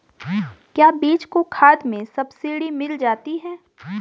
क्या बीज और खाद में सब्सिडी मिल जाती है?